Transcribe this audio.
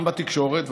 גם בתקשורת,